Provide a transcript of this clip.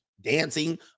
dancing